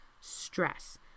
stress